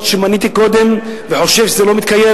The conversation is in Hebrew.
שמניתי קודם וחושב שהתנאי לא מתקיים,